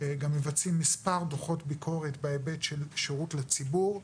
אנחנו גם מבצעים מספר דוחות ביקורת בהיבט של שירות לציבור.